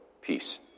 peace